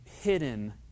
hidden